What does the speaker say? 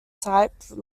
type